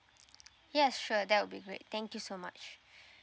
yes sure that would be great thank you so much